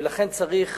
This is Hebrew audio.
ולכן צריך